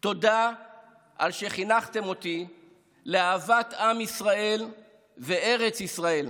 תודה על שחינכתם אותי לאהבת עם ישראל וארץ ישראל.